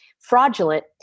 fraudulent